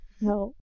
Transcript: No